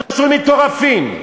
פשוט מטורפים.